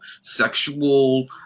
sexual